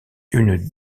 une